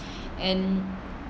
and